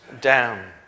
down